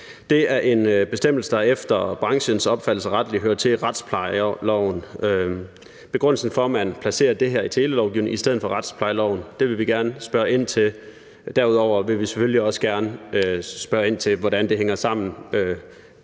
Det er en bestemmelse, der efter branchens opfattelse rettelig hører til i retsplejeloven. Begrundelsen for, at man placerer det her i telelovgivningen i stedet for i retsplejeloven, vil vi gerne spørge ind til. Derudover vil vi selvfølgelig også gerne spørge ind til, hvordan det hænger sammen